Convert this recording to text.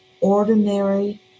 ordinary